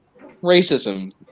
racism